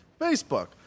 Facebook